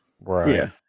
Right